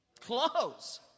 Clothes